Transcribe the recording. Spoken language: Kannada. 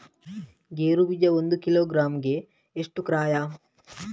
ಗೇರು ಬೀಜ ಒಂದು ಕಿಲೋಗ್ರಾಂ ಗೆ ಎಷ್ಟು ಕ್ರಯ?